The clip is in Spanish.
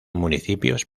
municipios